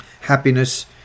happiness